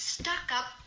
stuck-up